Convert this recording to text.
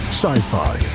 sci-fi